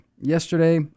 yesterday